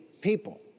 people